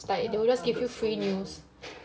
it's like they will just give you free news